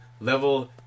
level